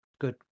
good